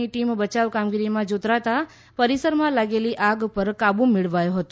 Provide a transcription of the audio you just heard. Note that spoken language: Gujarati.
ની ટીમ બચાવ કામગીરીમાં જોતરાતા પરિસરમાં લાગેલી આગ પર કાબુ મેળવાયો છે